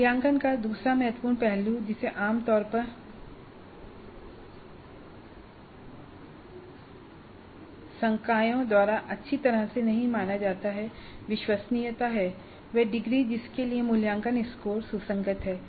मूल्यांकन का दूसरा महत्वपूर्ण पहलू जिसे आम तौर पर कई संकायों द्वारा अच्छी तरह से नहीं माना जाता है विश्वसनीयता है वह डिग्री जिसके लिए मूल्यांकन स्कोर सुसंगत हैं